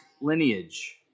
lineage